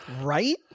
Right